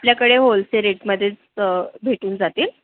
आपल्याकडे होलसेल रेटमध्येच भेटून जातील